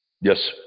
Yes